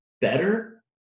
better